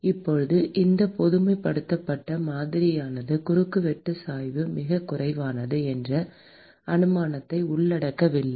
இப்போது இந்தப் பொதுமைப்படுத்தப்பட்ட மாதிரியானது குறுக்குவெட்டு சாய்வு மிகக் குறைவானது என்ற அனுமானத்தை உள்ளடக்கவில்லை